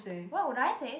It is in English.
what would I say